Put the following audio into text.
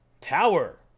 Tower